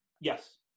Yes